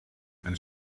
einen